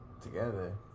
together